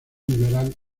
liberal